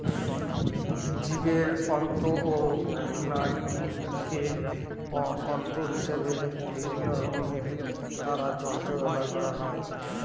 জীবের অন্ত্র ও নাড়িভুঁড়িকে তন্তু হিসেবে বিভিন্নরকমের তারযন্ত্রে ব্যবহার করা হয়